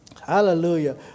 Hallelujah